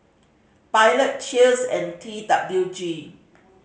Pilot Cheers and T W G